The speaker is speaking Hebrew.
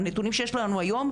הנתונים שיש לנו היום,